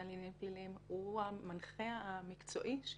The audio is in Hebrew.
לענייני פלילים הם המנחים המקצועיים,